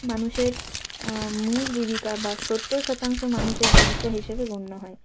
মানুষের মূল জীবিকা বা সত্তর শতাংশ মানুষের জীবিকা হিসেবে গণ্য হয়